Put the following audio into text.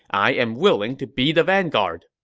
i am willing to be the vanguard.